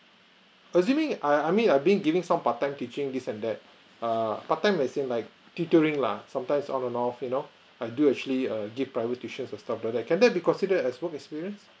assuming I I mean I'm being giving some part time teaching this and that err part time as in like tutoring lah sometimes on and off you know I do actually err give private teaches and stuff like that can that be considered as work experience